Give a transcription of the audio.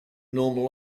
normal